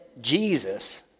Jesus